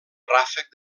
ràfec